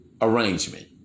arrangement